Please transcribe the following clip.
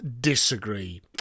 disagree